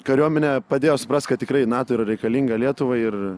kariuomenė padėjo suprast kad tikrai nato yra reikalinga lietuvai ir